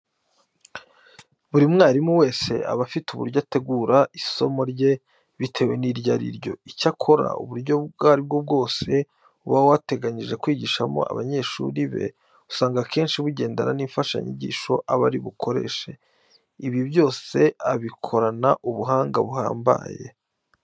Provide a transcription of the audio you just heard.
Buri mwarimu wese aba afite uburyo ategura isomo rye bitewe n'iryo ari ryo. Icyakora uburyo ubwo ari bwo bwose aba yateganyije kwigishamo abanyeshuri be, usanga akenshi bugendana n'imfashanyigisho aba ari bukoreshe. Ibi byose abikorana ubuhanga buhambaye.